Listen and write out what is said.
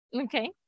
Okay